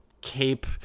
cape